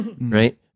right